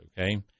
Okay